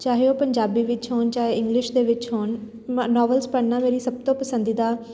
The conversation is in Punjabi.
ਚਾਹੇ ਉਹ ਪੰਜਾਬੀ ਵਿੱਚ ਹੋਣ ਚਾਹੇ ਇੰਗਲਿਸ਼ ਦੇ ਵਿੱਚ ਹੋਣ ਮ ਨੋਵਲਸ ਪੜ੍ਹਨਾ ਮੇਰੀ ਸਭ ਤੋਂ ਪਸੰਦੀਦਾ